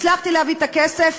הצלחתי להביא את הכסף,